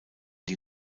die